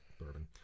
bourbon